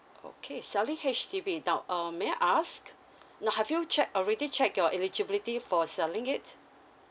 okay selling H_D_B now um may I ask no have you check already check your eligibility for selling it